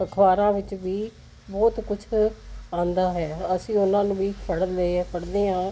ਅਖ਼ਬਾਰਾਂ ਵਿੱਚ ਵੀ ਬਹੁਤ ਕੁਛ ਆਉਂਦਾ ਹੋਇਆ ਅਸੀਂ ਉਹਨਾਂ ਨੂੰ ਵੀ ਫੜ ਲਏ ਆ ਪੜ੍ਹਦੇ ਹਾਂ